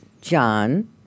John